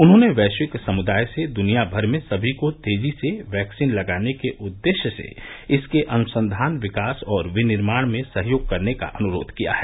उन्होंने वैश्विक समुदाय से दुनियाभर में समी को तेजी से वैक्सीन लगाने के उद्देश्य से इसके अनुसंधान विकास और विनिर्माण में सहयोग करने का अनुरोध किया है